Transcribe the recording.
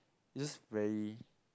is just very